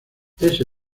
ese